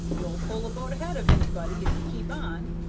you'll pull a boat ahead of anybody, if you keep on.